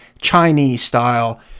Chinese-style